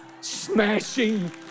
smashing